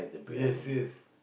yes yes